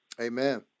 Amen